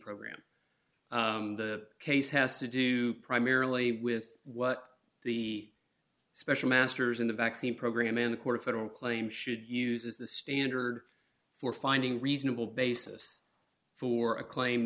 program the case has to do primarily with what the special masters in the vaccine program and the court of federal claim should use as the standard for finding reasonable basis for a claim